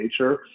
nature